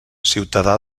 ciutadà